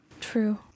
True